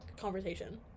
conversation